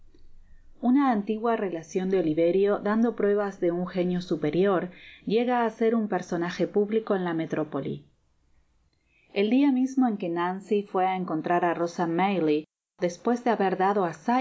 una antigua relacion de oliverio dando pruebas de un genio superior llega á ser un personaje publico en la metrópoli l dia mismo en que nancy fué á encontrar á hosa maylie despues de haber dado